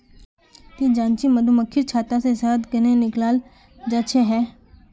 ती जानछि मधुमक्खीर छत्ता से शहद कंन्हे निकालाल जाच्छे हैय